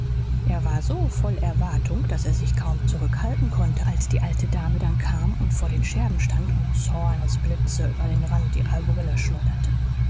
er war so voll erwartung daß er sich kaum zurückhalten konnte als die alte dame dann kam und vor den scherben stand und zornesblitze über den rand ihrer brille schleuderte